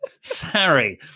Sorry